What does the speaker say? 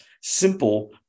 simple